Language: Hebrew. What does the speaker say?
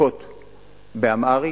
הפקות באמהרית,